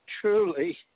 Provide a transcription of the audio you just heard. truly